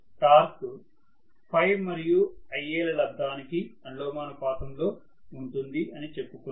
torque అనది Ø మరియు Ia ల లబ్దానికి అనులోమానుపాతంలో ఉంటుంది అని చెప్పుకున్నాం